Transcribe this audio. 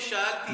אני שאלתי.